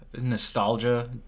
Nostalgia